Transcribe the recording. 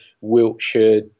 Wiltshire